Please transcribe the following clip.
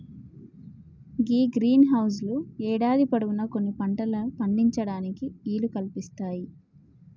గీ green house లు యేడాది పొడవునా కొన్ని పంటలను పండించటానికి ఈలు కల్పిస్తాయి